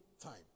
time